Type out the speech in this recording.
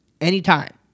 anytime